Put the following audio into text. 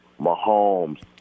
mahomes